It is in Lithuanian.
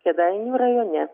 kėdainių rajone